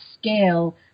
scale